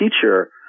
teacher